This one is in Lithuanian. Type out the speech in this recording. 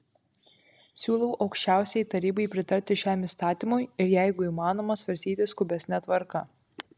siūlau aukščiausiajai tarybai pritarti šiam įstatymui ir jeigu įmanoma svarstyti skubesne tvarka